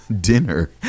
dinner